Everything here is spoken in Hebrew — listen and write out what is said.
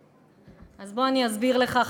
אז בוא אני אסביר לך,